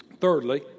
Thirdly